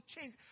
change